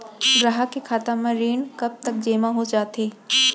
ग्राहक के खाता म ऋण कब तक जेमा हो जाथे?